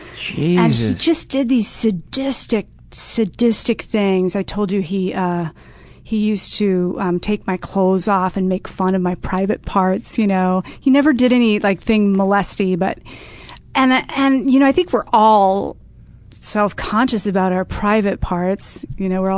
he yeah just just did these sadistic, sadistic things. i told you he he used to take my clothes off and make fun of my private parts. you know he never did anything like molesty, but and i and you know i think we're all self-conscious about our private parts. you know we're all